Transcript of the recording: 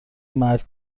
مرگ